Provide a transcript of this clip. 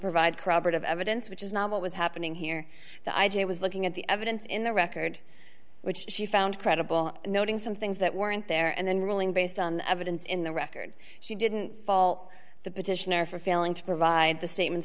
provide chrebet of evidence which is not what was happening here the i j a was looking at the evidence in the record which she found credible noting some things that weren't there and then ruling based on evidence in the record she didn't fault the petitioner for failing to provide the s